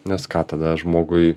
nes ką tada žmogui